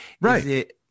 Right